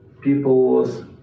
People's